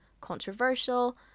controversial